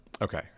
okay